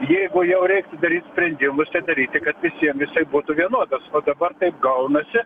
jeigu jau reiktų daryt sprendimus tai daryti kad visiem jisai būtų vienodas o dabar taip gaunasi